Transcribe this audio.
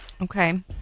Okay